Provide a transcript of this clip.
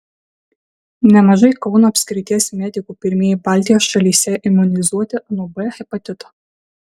nemažai kauno apskrities medikų pirmieji baltijos šalyse imunizuoti nuo b hepatito